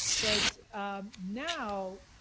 but now,